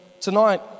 tonight